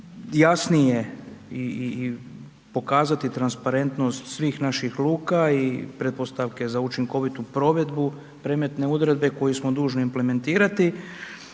jasnije i pokazati transparentnost svih naših luka i pretpostavke za učinkovitu provedbu predmetne odredbe koju smo dužni implementirati